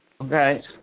Okay